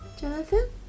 Jonathan